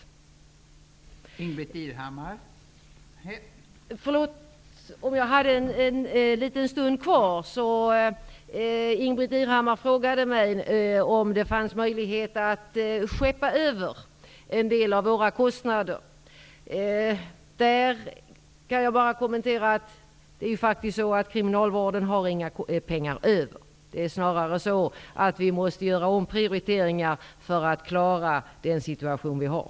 Ingbritt Irhammar frågade mig om det fanns möjlighet att skeppa över en del av våra kostnader. Kriminalvården har faktiskt inga pengar över. Vi måste snarare göra omprioriteringar för att klara den situation som vi har.